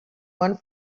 one